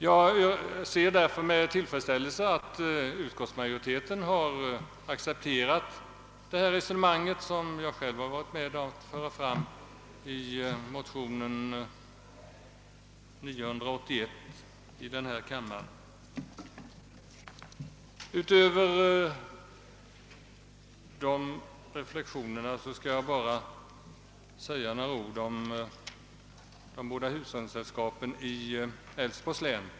Jag ser därför med tillfredsställelse att utskottsmajoriteten accepterat det reso nemansg jag själv varit med om ait föra fram i motion II: 981. Utöver dessa reflexioner skall jag bara säga några ord om de båda hushållningssällskapen i Älvsborgs län.